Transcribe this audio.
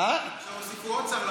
עכשיו הוסיפו עוד שר.